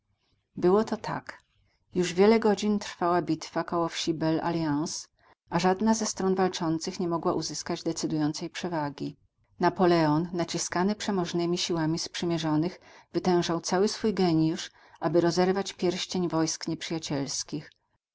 było to tak już wiele godzin trwała bitwa koło wsi belle alliance a żadna ze stron walczących nie mogła uzyskać decydującej przewagi napoleon naciskany przemożnymi siłami sprzymierzonych wytężał cały swój geniusz aby rozerwać pierścień wojsk nieprzyjacielskich